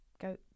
go